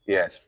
Yes